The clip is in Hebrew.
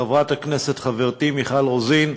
חברת הכנסת חברתי מיכל רוזין,